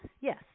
yes